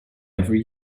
every